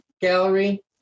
Gallery